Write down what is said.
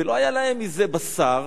ולא היה להם מזה בשר,